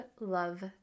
love